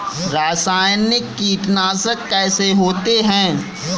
रासायनिक कीटनाशक कैसे होते हैं?